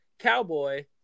Cowboy